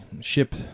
ship